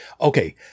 okay